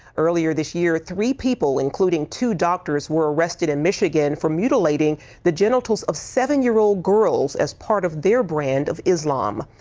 earlier this year, three people, including two doctors, were arrested in michigan for mutilating the gentiles of seven year old girls as part of their brand of islam.